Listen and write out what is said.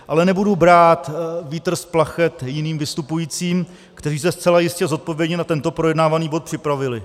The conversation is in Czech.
Ale nebudu brát vítr z plachet jiným vystupujícím, kteří se zcela jistě zodpovědně na tento projednávaný bod připravili.